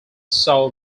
saw